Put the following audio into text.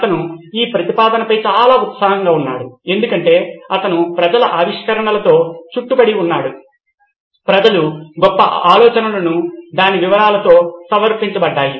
అతను ఈ ప్రతిపాదనపై చాలా ఉత్సాహంగా ఉన్నాడు ఎందుకంటే అతను ప్రజల ఆవిష్కరణలతో చుట్టుముట్టబడ్డాడు ప్రజల గొప్ప ఆలోచనలు దాని వివరాలతో సమర్పించబడ్డాయి